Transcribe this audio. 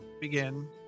begin